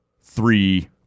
three